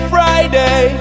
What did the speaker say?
Friday